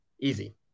Easy